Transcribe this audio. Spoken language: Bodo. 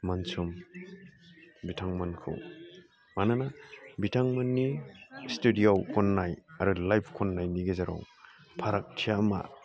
मानसम बिथांमोनखौ मानोना बिथांमोननि स्टुडिय'आव खननाय आरो लाइभ खननायनि गेजेराव फारागथिया मा